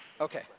Okay